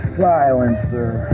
silencer